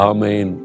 Amen